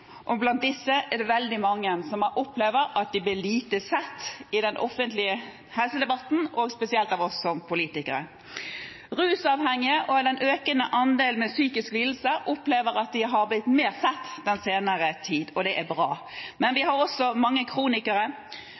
Blant disse er det veldig mange som opplever at de blir lite sett i den offentlige helsedebatten, og spesielt av oss politikere. Rusavhengige og den økende andelen av dem med psykiske lidelser opplever at de har blitt mer sett i den senere tid, og det er bra, men vi har også mange kronikere,